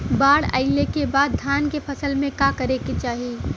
बाढ़ आइले के बाद धान के फसल में का करे के चाही?